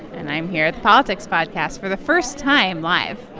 and i'm here at the politics podcast for the first time live.